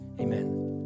amen